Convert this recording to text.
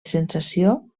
sensació